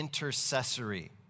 intercessory